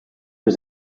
was